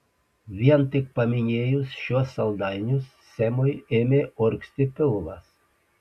vien tik paminėjus šiuos saldainius semui ėmė urgzti pilvas